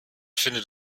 findet